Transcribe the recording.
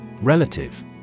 Relative